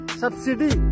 subsidy